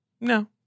No